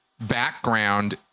background